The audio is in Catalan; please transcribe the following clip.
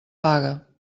paga